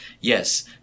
Yes